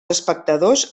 espectadors